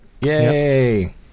Yay